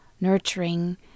nurturing